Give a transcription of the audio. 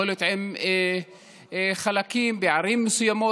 יכול להיות עם חלקים בערים מסוימות,